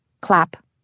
Clap